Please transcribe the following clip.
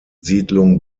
siedlung